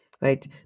Right